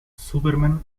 superman